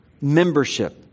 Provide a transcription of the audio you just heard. membership